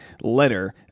letter